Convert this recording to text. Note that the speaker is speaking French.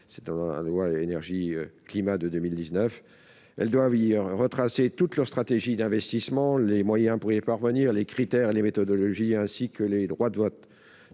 et à la biodiversité. Elles doivent y retracer toute leur stratégie d'investissement, les moyens pour y parvenir, les critères et les méthodologies, ainsi que les droits de vote.